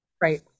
Right